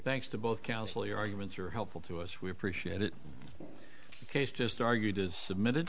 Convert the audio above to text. thanks to both counsel your arguments are helpful to us we appreciate it because just argued is submitted